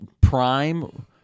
prime